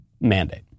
mandate